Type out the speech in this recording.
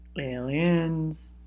Aliens